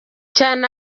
cyane